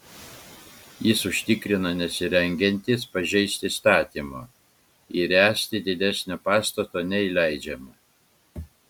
jis užtikrina nesirengiantis pažeisti įstatymo ir ręsti didesnio pastato nei leidžiama